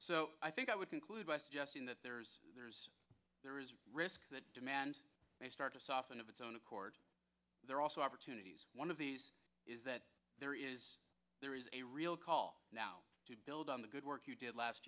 so i think i would conclude by suggesting that there's there's there is a risk that demand may start to soften of its own accord there are also opportunities one of these is that there is there is a real call now to build on the good work you did last